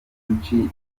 byinshi